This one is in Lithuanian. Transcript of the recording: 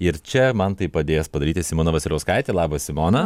ir čia man tai padės padaryti simona vasiliauskaitė labas simona